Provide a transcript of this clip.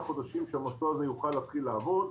חודשים כשהמסוע הזה יוכל להתחיל לעבוד.